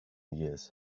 years